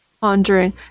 pondering